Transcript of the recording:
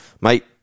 Mate